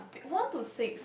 one to six